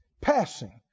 Passing